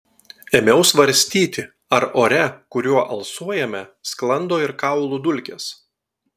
ėmiau svarstyti ar ore kuriuo alsuojame sklando ir kaulų dulkės